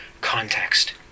context